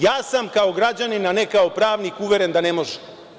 Ja sam kao građanin a ne kao pravnik uveren da ne može.